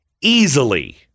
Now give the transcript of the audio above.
easily